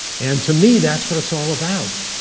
and to me that's what it's all about.